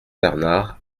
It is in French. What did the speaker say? bernard